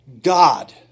God